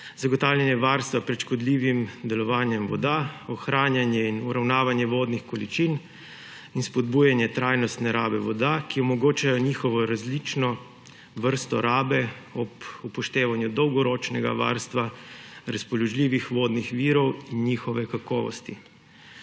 zagotavljanje varstva pred škodljivim delovanjem voda, ohranjanje in uravnavanje vodnih količin in spodbujanje trajnostne rabe voda, ki omogočajo njihovo različno vrsto rabe ob upoštevanju dolgoročnega varstva, razpoložljivih vodnih virov in njihove kakovosti.